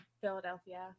Philadelphia